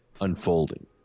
unfolding